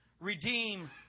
Redeem